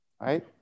right